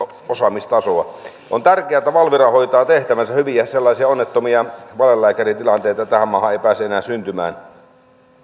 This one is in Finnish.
osaamistasoa on tärkeää että valvira hoitaa tehtävänsä hyvin ja sellaisia onnettomia valelääkäritilanteita tähän maahan ei pääse enää syntymään